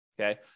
Okay